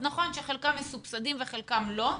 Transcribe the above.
נכון שחלקם מסובסדים וחלקם לא,